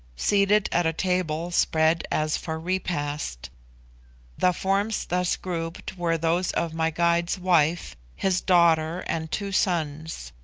seated at a table spread as for repast. the forms thus grouped were those of my guide's wife, his daughter, and two sons.